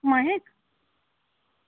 મહેક